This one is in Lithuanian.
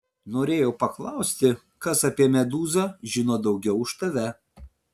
norėjau paklausti kas apie medūzą žino daugiau už tave